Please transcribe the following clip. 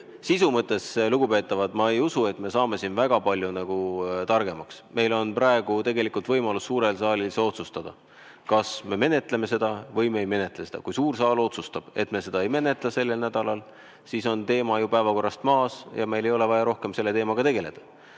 sisu mõttes, lugupeetavad, ma ei usu, et me saame siin väga palju targemaks. Meil on praegu tegelikult võimalus suurel saalil ise otsustada, kas me menetleme seda või me ei menetle seda. Kui suur saal otsustab, et me seda ei menetle sellel nädalal, siis on ju teema päevakorrast maas ja meil ei ole vaja rohkem sellega tegeleda.